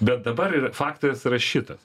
bet dabar ir faktas yra šitas